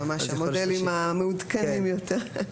זה ממש המודלים המעודכנים יותר.